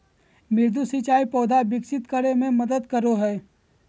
मृदु सिंचाई पौधा विकसित करय मे मदद करय हइ